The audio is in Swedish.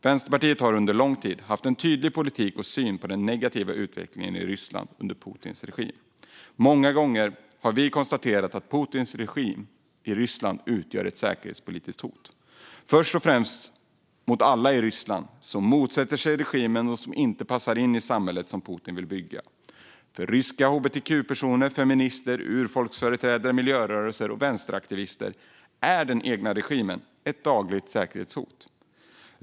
Vänsterpartiet har under lång tid haft en tydlig politik och syn på den negativa utvecklingen i Ryssland under Putins regim. Många gånger har vi konstaterat att Putins regim i Ryssland utgör ett säkerhetspolitiskt hot, först och främst mot alla i Ryssland som motsätter sig regimen eller som inte passar in i det samhälle som Putin vill bygga. För ryska hbtq-personer, feminister, urfolksföreträdare, miljörörelser och vänsteraktivister är den egna regimen ett dagligt säkerhetshot.